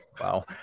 wow